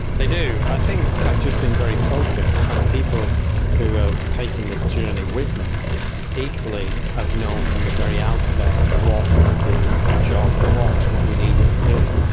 they do, i think i've just been very focused and people who have taken this journey with me equally have known from the very outset what the job was, what we needed to do.